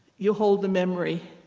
you hold the memory.